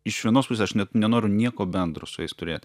iš vienos pusės aš net nenoriu nieko bendro su jais turėt